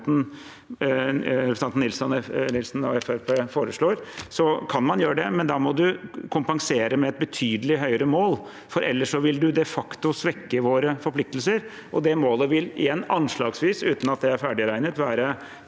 foreslår, kan man gjøre det, men da må man kompensere med et betydelig høyere mål, for ellers vil man de facto svekke våre forpliktelser, og målet vil igjen anslagsvis – uten at det er ferdigregnet – være